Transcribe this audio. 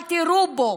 אל תירו בו.